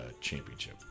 championship